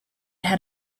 had